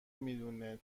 میدونه